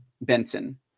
Benson